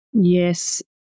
Yes